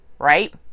Right